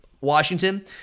Washington